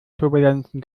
turbulenzen